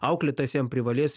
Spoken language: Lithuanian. auklėtojas jam privalės